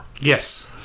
Yes